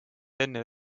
enne